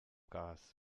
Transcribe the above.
gas